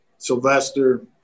Sylvester